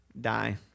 die